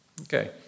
Okay